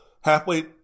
halfway